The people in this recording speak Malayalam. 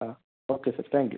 ആ ഓക്കെ സാർ തങ്ക് യു